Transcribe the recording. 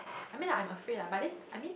I mean I'm afraid lah but then I mean